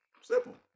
Simple